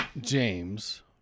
James